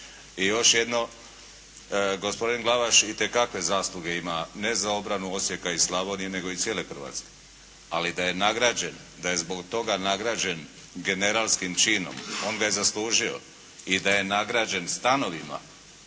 I još jedno. Gospodin Glavaš itekakve zasluge ima ne za obranu Osijeka i Slavonije nego i cijele Hrvatske, ali da je nagrađen da je zbog toga nagrađen generalskim činom on ga je zaslužio i da je nagrađen stanovima